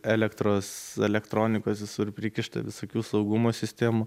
elektros elektronikos visur prikišta visokių saugumo sistemų